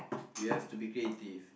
you have to be creative